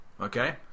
okay